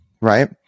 Right